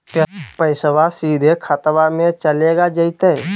पैसाबा सीधे खतबा मे चलेगा जयते?